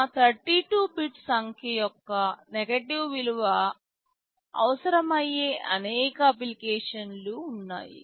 మా 32 బిట్ సంఖ్య యొక్క నెగెటివ్ విలువ అవసరమయ్యే అనేక అప్లికేషన్లు ఉన్నాయి